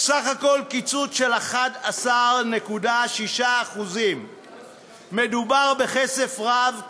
סך הכול קיצוץ של 11.6%. מדובר בכסף רב,